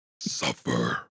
Suffer